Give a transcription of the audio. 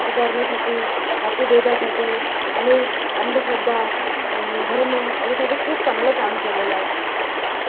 सुधारणेसाठी जातीभेदासाठी आणि अंधश्रद्धा धर्म याच्यासाठी खूप चांगलं काम केलेलं आहे